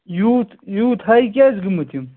یوٗت یوٗت ہاے کیٛازِ گٔمٕتۍ یِم